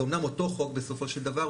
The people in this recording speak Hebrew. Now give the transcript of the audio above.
זה אמנם אותו חוק בסופו של דבר.